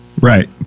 right